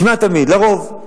כמעט תמיד, לרוב,